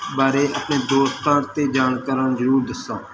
ਬਾਰੇ ਆਪਣੇ ਦੋਸਤਾਂ ਅਤੇ ਜਾਣਕਾਰਾਂ ਨੂੰ ਜ਼ਰੂਰ ਦੱਸਾਂ